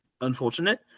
unfortunate